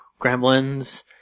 Gremlins